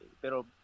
pero